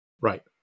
Right